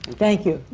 thank you.